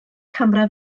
camera